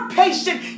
patient